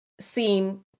seem